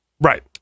Right